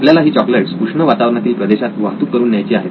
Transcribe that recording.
आपल्याला ही चॉकलेट्स उष्ण वातावरणातील प्रदेशात वाहतूक करून न्यायाची आहेत